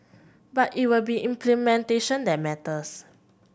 but it will be implementation that matters